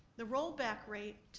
the rollback rate